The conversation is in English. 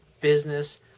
business